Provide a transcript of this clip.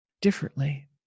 differently